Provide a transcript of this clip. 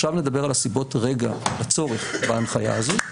ועכשיו נדבר על הסיבות לצורך בהנחיה הזאת.